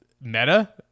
meta